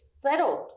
settled